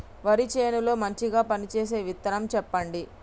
వరి చేను లో మంచిగా పనిచేసే విత్తనం చెప్పండి?